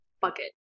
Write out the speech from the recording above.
bucket